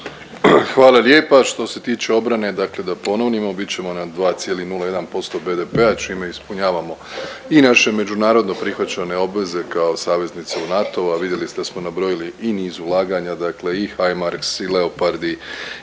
Hvala lijepa. Što se tiče obrane dakle da ponovimo bit ćemo na 2,01% BDP-a čime ispunjavamo i naše međunarodno prihvaćene obveze kao saveznici u NATO-u, a vidjeli ste da smo nabrojili i niz ulaganja dakle i HIMARS i Leopardi